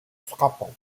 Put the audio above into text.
frappante